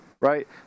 right